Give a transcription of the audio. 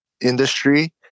industry